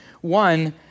One